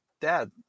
dad